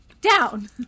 down